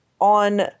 on